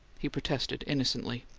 he protested, innocently.